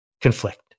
conflict